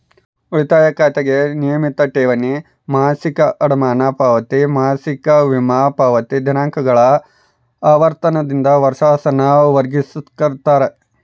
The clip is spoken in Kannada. ಉಳಿತಾಯ ಖಾತೆಗೆ ನಿಯಮಿತ ಠೇವಣಿ, ಮಾಸಿಕ ಅಡಮಾನ ಪಾವತಿ, ಮಾಸಿಕ ವಿಮಾ ಪಾವತಿ ದಿನಾಂಕಗಳ ಆವರ್ತನದಿಂದ ವರ್ಷಾಸನ ವರ್ಗಿಕರಿಸ್ತಾರ